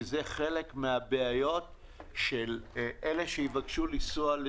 כי זה חלק מן הבעיות של אלה שיבקשו לנסוע.